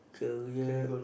career